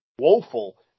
Woeful